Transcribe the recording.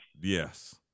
Yes